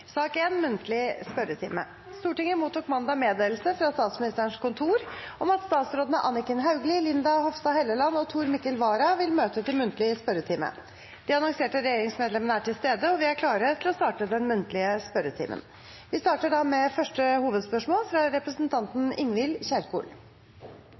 Stortinget mottok mandag meddelelse fra Statsministerens kontor om at statsrådene Anniken Hauglie, Linda C. Hofstad Helleland og Tor Mikkel Wara vil møte til muntlig spørretime. De annonserte regjeringsmedlemmene er til stede, og vi er klare til å starte den muntlige spørretimen. Vi starter med første hovedspørsmål, fra